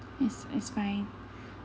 yes it's fine